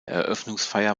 eröffnungsfeier